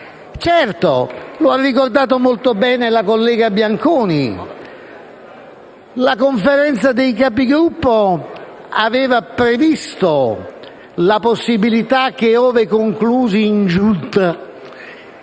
Certo, come ha ricordato molto bene la collega Bianconi, la Conferenza dei Capigruppo aveva previsto la possibilità che, ove conclusi i lavori